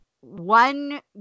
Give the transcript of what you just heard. one